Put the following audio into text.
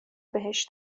بهش